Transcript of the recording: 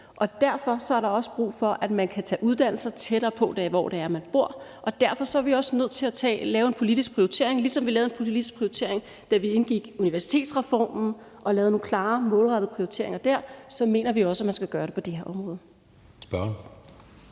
Derfor er der også brug for, at man kan tage uddannelser tættere på der, hvor man bor, og derfor er vi også nødt til at lave en politisk prioritering. Ligesom vi lavede en politisk prioritering, da vi indgik universitetsreformen og lavede nogle klare, målrettede prioriteringer der, så mener vi også, at man skal gøre det på det her område.